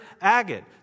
agate